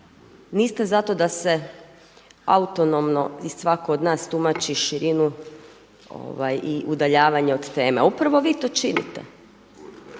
niste za to da se autonomno i svako od nas tumači širinu i udaljavanje od teme. Upravo vi to činite.